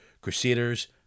Crusaders